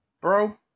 bro